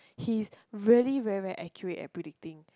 he's really very very accurate at predicting